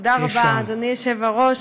תודה רבה, אדוני היושב-ראש.